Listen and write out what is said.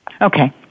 Okay